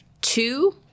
two